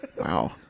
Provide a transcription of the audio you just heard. Wow